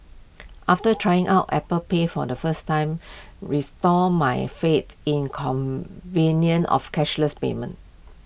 after trying out Apple pay for the first time restored my fat in convenience of cashless payments